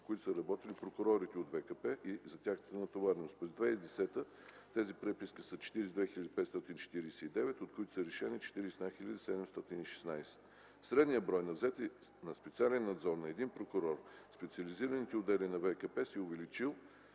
по които са работили прокурорите от ВКП и за тяхната натовареност. През 2010 г. тези преписки са 42 549, от които са решени 41 716. Средният брой взети на специален надзор от един прокурор в специализираните отдели на ВКП се е увеличил,